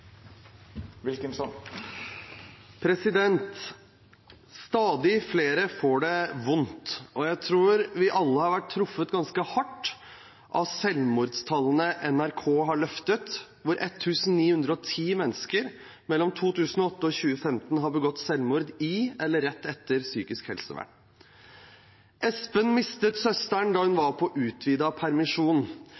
Stadig flere får det vondt, og jeg tror vi alle har vært truffet ganske hardt av selvmordstallene NRK har løftet, om at 1 910 mennesker mellom 2008 og 2015 har begått selvmord i eller rett